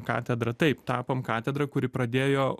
katedra taip tapom katedra kuri pradėjo